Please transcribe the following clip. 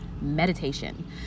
meditation